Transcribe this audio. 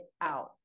out